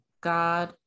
God